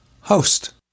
host